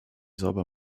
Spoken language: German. sauber